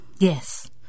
Yes